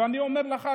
ואני אומר לך,